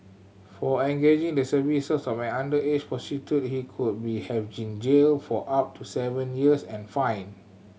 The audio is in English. for engaging the services of an underage prostitute he could been have jailed for up to seven years and fined